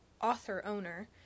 author-owner